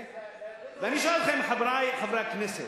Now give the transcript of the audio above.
ואני שואל אתכם, חברי חברי הכנסת,